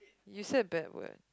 you said bad word